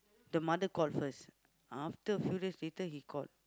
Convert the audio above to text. the mother call first after a few days later he call